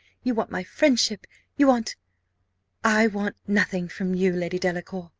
you want my friendship you want i want nothing from you, lady delacour,